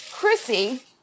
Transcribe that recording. Chrissy